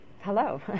hello